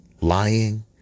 lying